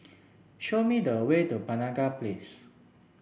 show me the way to Penaga Place